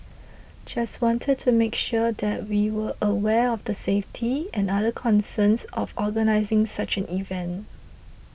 just wanted to make sure that we were aware of the safety and other concerns of organising such an event